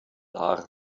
dar